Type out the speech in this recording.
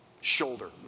shoulder